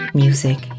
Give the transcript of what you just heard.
music